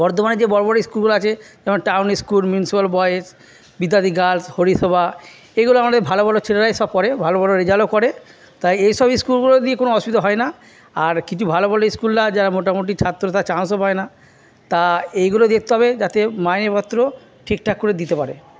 বর্ধমানে যে বড় বড় স্কুলগুলো আছে যেমন টাউন স্কুল মিউনিসিপ্যাল বয়েজ বিদ্যার্থী গার্লস হরিসভা এইগুলো আমাদের ভালো ভালো ছেলেরাই সব পড়ে ভালো ভালো রেজাল্টও করে তাই এই সব স্কুলগুলো দিয়ে কোনো অসুবিধা হয় না আর কিছু ভালো ভালো স্কুলরা যারা মোটামুটি ছাত্র তারা চান্সও পায় না তা এইগুলো দেখতে হবে যাতে মাইনেপত্র ঠিকঠাক করে দিতে পারে